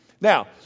Now